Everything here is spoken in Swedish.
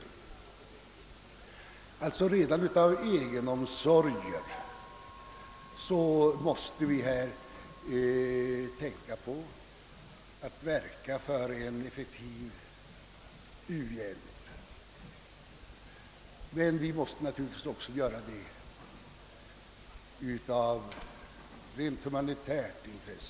Alltså måste vi redan av egen omsorg tänka på att verka för en effektiv uhjälp. Men vi måste framför allt göra det av humanitära skäl.